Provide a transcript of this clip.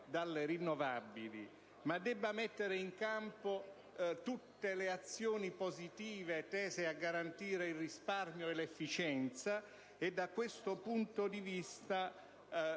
dalle rinnovabili, ma debba anche mettere in campo tutte le azioni positive tese a garantire il risparmio e l'efficienza e, da questo punto di vista,